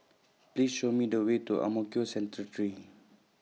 Please Show Me The Way to Ang Mo Kio Central three